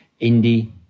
indie